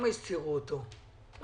אני